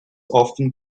often